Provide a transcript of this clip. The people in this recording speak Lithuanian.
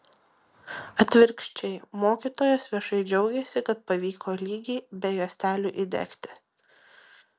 atvirkščiai mokytojos viešai džiaugiasi kad pavyko lygiai be juostelių įdegti